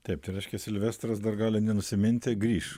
taip tai reiškia silvestras dar gali nenusiminti grįš